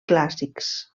clàssics